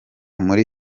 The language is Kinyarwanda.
muri